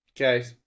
Okay